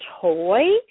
toy